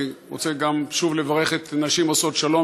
אני רוצה גם שוב לברך את נשים עושות שלום,